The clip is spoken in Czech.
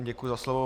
Děkuji za slovo.